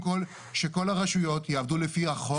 שכל הרשויות יעבדו לפי החוק.